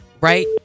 right